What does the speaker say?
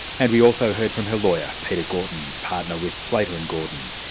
and we also heard from her lawyer, peter gordon, partner with slater and gordon.